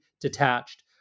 detached